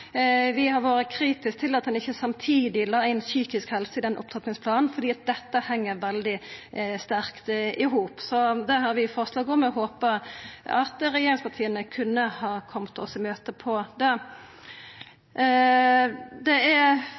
Vi har vore kritiske til at ein ikkje samtidig la inn psykisk helse i den opptrappingsplanen, for dette heng veldig sterkt i hop. Det har vi forslag om, og eg håpar at regjeringspartia kan kome oss i møte på det. Det er